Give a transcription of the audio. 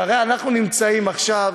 הרי אנחנו נמצאים עכשיו